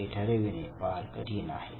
हे ठरवणे फार कठीण आहे